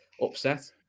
upset